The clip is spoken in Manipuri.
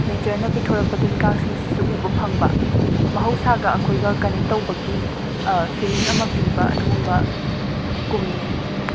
ꯅꯦꯆꯔꯅ ꯄꯤꯊꯣꯔꯛꯄ ꯇꯤꯟ ꯀꯥꯡꯁꯤꯡꯁꯤꯁꯨ ꯎꯕ ꯐꯪꯕ ꯃꯍꯧꯁꯥꯒ ꯑꯩꯈꯣꯏꯒ ꯀꯅꯦꯛ ꯇꯧꯕꯒꯤ ꯐꯤꯂꯤꯡ ꯑꯃ ꯄꯤꯕ ꯑꯗꯨꯒꯨꯝꯕ ꯀꯨꯝꯅꯤ